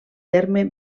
terme